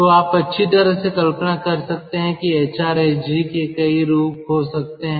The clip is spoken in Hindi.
तो आप अच्छी तरह से कल्पना कर सकते हैं कि एचआरएसजी के कई रूप हो सकते हैं